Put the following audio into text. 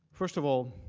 first of all,